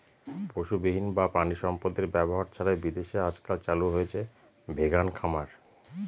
পশুবিহীন বা প্রানীসম্পদ এর ব্যবহার ছাড়াই বিদেশে আজকাল চালু হয়েছে ভেগান খামার